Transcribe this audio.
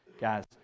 Guys